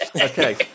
Okay